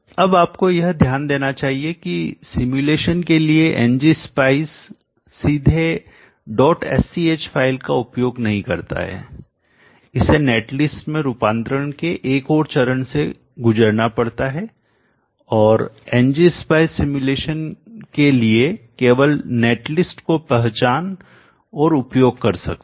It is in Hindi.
अब आपको यह ध्यान देना चाहिए कि सिमुलेशन के लिए Ngspice सीधे डॉट SCH फाइल का उपयोग नहीं करता है इसे नेटलिस्ट में रूपांतरण के एक और चरण से गुजरना पड़ता है और Ngspice सिमुलेशन के लिए केवल नेटलिस्ट को पहचान और उपयोग कर सकता है